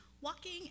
walking